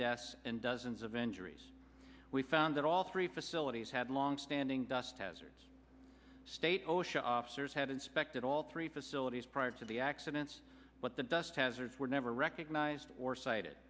deaths and dozens of injuries we found that all three facilities had longstanding dust hazards state osha officers had inspected all three facilities prior to the accidents but the dust hazards were never recognized or cited